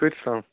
کۭتِس تام